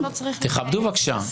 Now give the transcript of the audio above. תכבדו בבקשה.